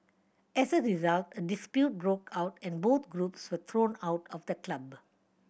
as a result a dispute broke out and both groups were thrown out of the club